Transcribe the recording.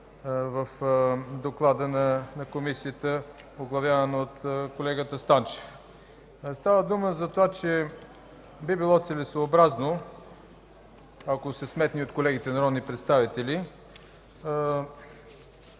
в доклада на Комисията, оглавявана от колегата Танчев. Става дума за това, че би било целесъобразно, ако се прецени от колегите народни представители,